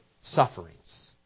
sufferings